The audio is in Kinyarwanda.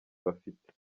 bafite